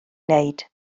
wneud